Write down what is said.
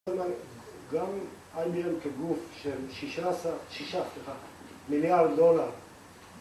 זאת אומרת, גם היינו עם כגוף של שישה, שישה, בטח, מיליארד דולר.